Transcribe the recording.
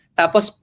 tapos